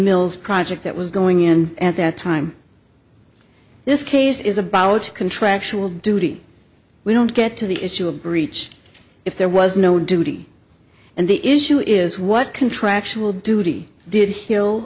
mills project that was going in at that time this case is a contractual duty we don't get to the issue of breach if there was no duty and the issue is what contractual duty did hill